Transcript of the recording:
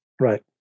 Right